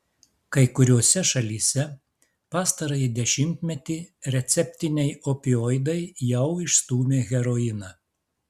kai kuriose šalyse pastarąjį dešimtmetį receptiniai opioidai jau išstūmė heroiną